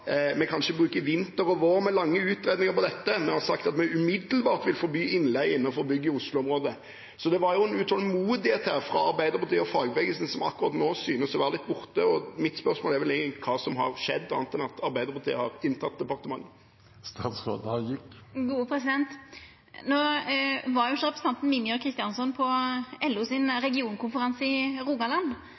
vinter og vår med lange utredninger på dette.» Og videre: «Vi har sagt at vi umiddelbart vil forby innleige innanfor bygg i Oslo-området.» Så det var en utålmodighet her fra Arbeiderpartiet og fagbevegelsen som akkurat nå synes å være litt borte. Mitt spørsmål er vel egentlig: Hva har skjedd, annet enn at Arbeiderpartiet har inntatt departementet? No var ikkje representanten Mímir Kristjánsson på LO sin regionkonferanse i Rogaland,